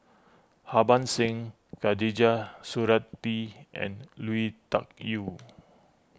Harbans Singh Khatijah Surattee and Lui Tuck Yew